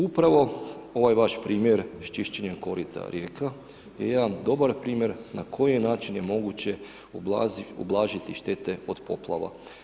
Upravo ovaj vaš primjer s čišćenjem korita rijeka je jedan dobar primjer na koje načine je moguće ublažiti štete od poplava.